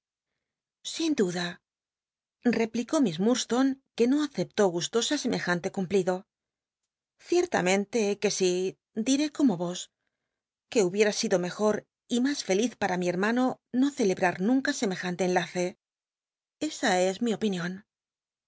sin duda replicó miss urdstone jue no aceptó gustosa semejante cumplido cietamente que sí diré como vos que hubiera sido mejor y mas feliz p ua mi hermano no celeba nunca semejante enlace esa es mi opinion